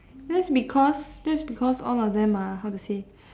that's because that's because all of them are how to say